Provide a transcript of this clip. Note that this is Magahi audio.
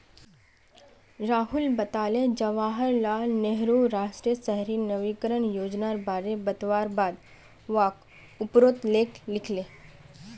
राहुल बताले जवाहर लाल नेहरूर राष्ट्रीय शहरी नवीकरण योजनार बारे बतवार बाद वाक उपरोत लेख लिखले